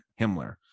Himmler